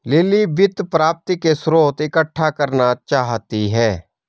lily वित्त प्राप्ति के स्रोत इकट्ठा करना चाहती है